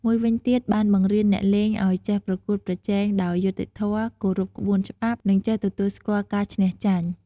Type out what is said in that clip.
មួយវិញទៀត បានបង្រៀនអ្នកលេងឱ្យចេះប្រកួតប្រជែងដោយយុត្តិធម៌ គោរពក្បួនច្បាប់ និងចេះទទួលស្គាល់ការឈ្នះចាញ់។